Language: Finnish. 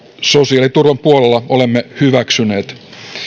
sosiaaliturvapuolella olemme hyväksyneet